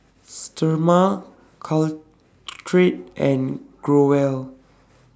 Sterimar Caltrate and Growell